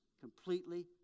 completely